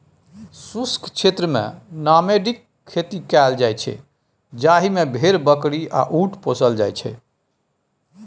शुष्क क्षेत्रमे नामेडिक खेती कएल जाइत छै जाहि मे भेड़, बकरी आ उँट पोसल जाइ छै